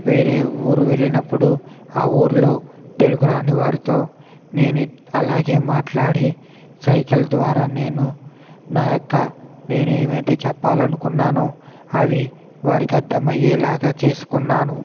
వేరే ఊరు వెళ్ళినప్పుడు ఆ ఊరిలో తెలుగురాని వారితో నేను అలాగే మాట్లాడి సైగల ద్వారా నేను నా యొక్క నేను ఏమి అయితే చెప్పాలి అనుకున్నానో అవి వారికి అర్ధమయ్యేలాగ చేసుకున్నాను